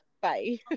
Bye